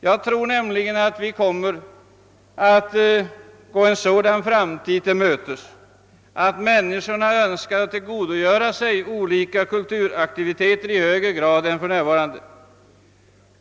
Jag tror nämligen att människorna i framtiden önskar tillgodogöra sig olika kulturaktiviteter i högre grad än för närvarande.